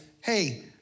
hey